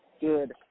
good